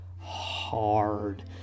hard